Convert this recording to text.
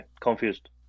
confused